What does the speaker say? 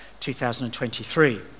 2023